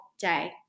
day